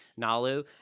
nalu